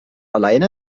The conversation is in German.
alleine